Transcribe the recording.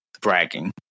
bragging